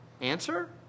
Answer